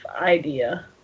idea